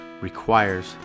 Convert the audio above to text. requires